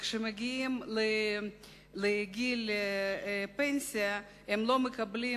וכשהם מגיעים לגיל פנסיה הם לא מקבלים